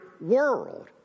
world